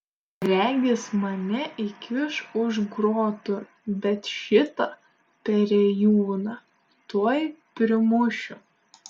regis mane įkiš už grotų bet šitą perėjūną tuoj primušiu